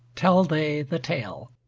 tell they the tale